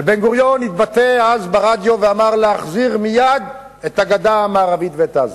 ובן-גוריון התבטא אז ברדיו ואמר: להחזיר מייד את הגדה המערבית ואת עזה.